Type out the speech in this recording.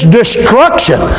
destruction